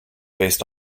based